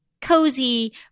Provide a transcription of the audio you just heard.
cozy